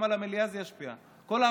גם על המליאה זה ישפיע.